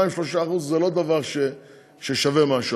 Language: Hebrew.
2% 3% זה לא דבר ששווה משהו,